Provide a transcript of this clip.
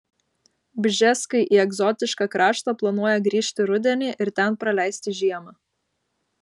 bžeskai į egzotišką kraštą planuoja grįžti rudenį ir ten praleisti žiemą